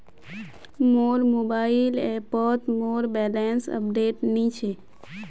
मोर मोबाइल ऐपोत मोर बैलेंस अपडेट नि छे